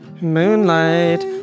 Moonlight